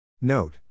Note